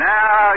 Now